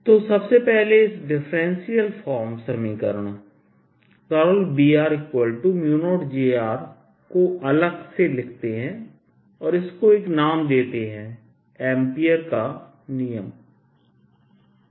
तो सबसे पहले इस डिफरेंशियल फॉर्म समीकरण B0jको अलग से लिखते हैं और इसको एक नाम देते हैं एम्पीयर का नियमAmpere's Law